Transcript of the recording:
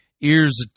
ears